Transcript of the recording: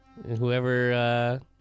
Whoever